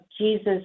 Jesus